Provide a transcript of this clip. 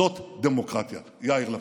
זאת דמוקרטיה, יאיר לפיד.